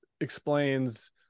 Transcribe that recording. explains